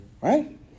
right